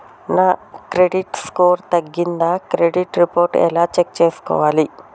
మీ credit score తగ్గిందా credit report ఎలా check చేసుకోవాలి?